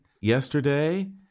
yesterday